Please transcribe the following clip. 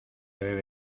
bebe